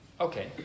Okay